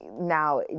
now